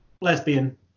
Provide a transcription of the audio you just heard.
lesbian